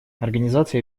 организация